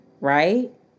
right